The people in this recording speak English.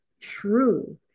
true